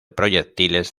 proyectiles